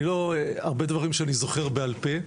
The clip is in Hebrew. אני לא הרבה דברים שאני זוכר בעל פה,